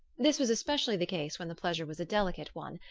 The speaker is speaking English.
this was especially the case when the pleasure was a delicate one,